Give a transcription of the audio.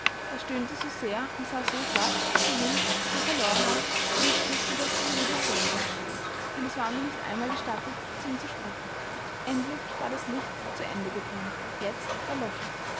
er stöhnte so sehr und sah so schwach so wild so verloren aus daß ich fürchtete er würde sterben und es war mir nicht einmal gestattet zu ihm zu sprechen endlich war das licht zu ende gebrannt jetzt